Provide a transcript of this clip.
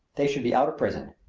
they should be out of prison!